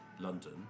London